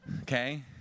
Okay